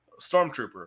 stormtrooper